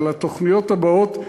אלא לתוכניות הבאות.